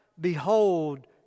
Behold